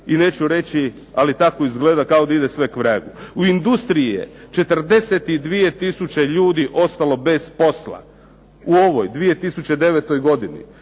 i neću reći, ali tako izgleda kao da ide sve k vragu. U industriji je 42000 ljudi ostalo bez posla u ovoj 2009. godini.